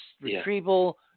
retrieval